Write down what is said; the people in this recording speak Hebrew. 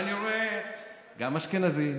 ואני רואה גם אשכנזים